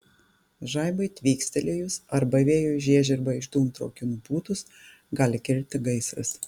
žaibui tvykstelėjus arba vėjui žiežirbą iš dūmtraukių nupūtus gali kilti gaisras